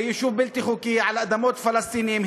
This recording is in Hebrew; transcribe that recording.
יישוב בלתי חוקי על אדמות פלסטינים,